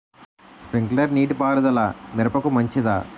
Sprinkler నీటిపారుదల మిరపకు మంచిదా?